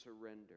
surrender